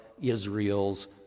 Israel's